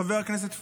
חבר הכנסת פוגל,